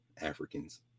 Africans